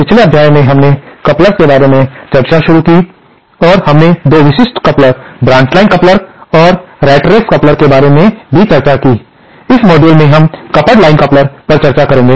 पिछले अध्याय में हमने कपलर के बारे में चर्चा शुरू किया और हमने 2 विशिष्ट कपलर ब्रांच लाइन कपलर और रैट रेस कपलर के बारे में भी चर्चा की इस मॉड्यूल में हम युग्मित लाइन कपलर पर चर्चा करेंगे